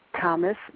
Thomas